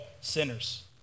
sinners